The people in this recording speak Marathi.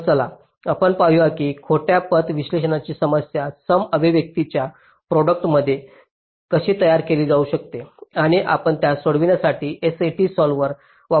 तर चला आपण पाहू या की खोट्या पथ विश्लेषणाची समस्या सम अभिव्यक्तीच्या प्रॉडक्ट मध्ये कशी तयार केली जाऊ शकते आणि आपण त्यास सोडविण्यासाठी SAT सॉल्व्हर वापरू शकता